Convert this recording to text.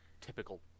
typical